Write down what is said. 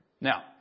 Now